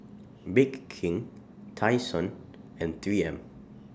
Bake King Tai Sun and three M